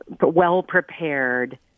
well-prepared